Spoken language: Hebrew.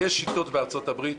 יש שיטות, למשל בארצות הברית,